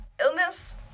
illness